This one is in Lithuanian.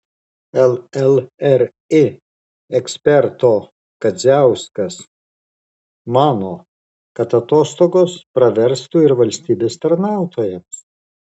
llri eksperto kadziauskas mano kad atostogos praverstų ir valstybės tarnautojams